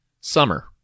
Summer